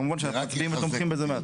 כמובן שאנחנו תומכים בזה.